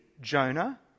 Jonah